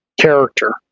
Character